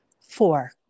four